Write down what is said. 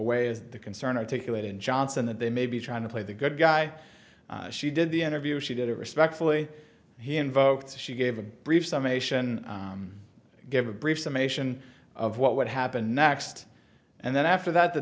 way is the concern articulate in johnson that they may be trying to play the good guy she did the interview she did it respectfully he invoked she gave a brief some ation give a brief summation of what would happen next and then after that the